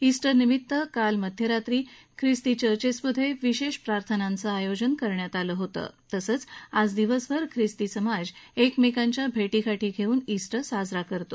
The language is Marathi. उट्टरनिमित्त काल मध्यरात्री ख्रिस्ती चर्चेसमधे विशेष प्रार्थनांचं आयोजन करण्यात आलं आलं होतं तसंच आज दिवसभर खिस्ती समाज एकमेकांच्या भेटीगाठी घेऊन ईस्टर साजरा करतो